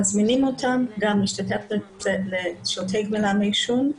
מזמינים אותם להשתתף בשירותי גמילה מעישון.